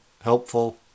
helpful